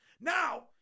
Now